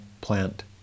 plant